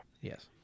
Yes